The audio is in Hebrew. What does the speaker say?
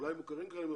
אולי הם מוכרים ככאלה,